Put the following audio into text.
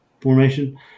formation